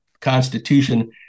Constitution